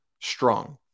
strong